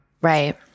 Right